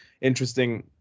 interesting